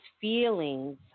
feelings